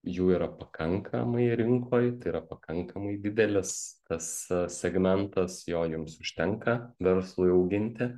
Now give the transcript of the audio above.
jų yra pakankamai rinkoj tai yra pakankamai didelis tas segmentas jo jums užtenka verslui auginti